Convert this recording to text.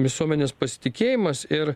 visuomenės pasitikėjimas ir